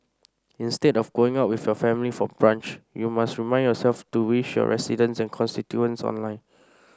instead of going out with your family for brunch you must remind yourself to wish your residents and constituents online